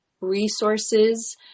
resources